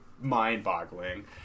mind-boggling